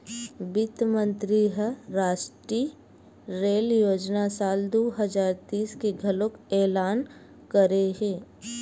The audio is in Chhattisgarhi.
बित्त मंतरी ह रास्टीय रेल योजना साल दू हजार तीस के घलोक एलान करे हे